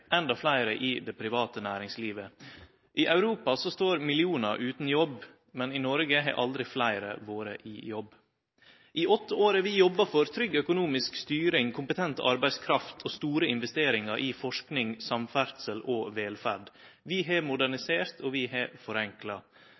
fleire i det private næringslivet. I Europa står millionar utan jobb, men i Noreg har aldri fleire vore i jobb. I åtte år har vi jobba for trygg økonomisk styring, kompetent arbeidskraft og store investeringar i forsking, samferdsel og velferd. Vi har modernisert, og vi har forenkla.